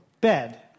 bed